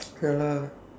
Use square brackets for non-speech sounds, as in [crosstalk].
[noise] ya lah